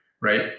right